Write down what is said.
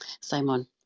Simon